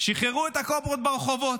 שחררו את הקוברות ברחובות.